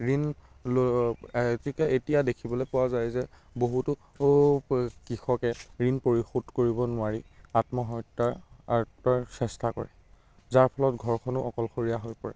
ঋণ লৈ কি কয় এতিয়া দেখিবলৈ পোৱা যায় যে বহুতো কৃষকে ঋণ পৰিশোধ কৰিব নোৱাৰি আত্মহত্যাৰ চেষ্টা কৰে যাৰ ফলত ঘৰখনো অকলশৰীয়া হৈ পৰে